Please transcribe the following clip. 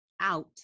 out